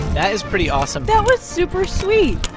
that is pretty awesome that was super sweet.